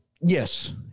Yes